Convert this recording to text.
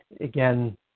Again